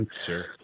Sure